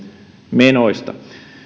menoista